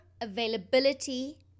availability